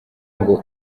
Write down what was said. ngo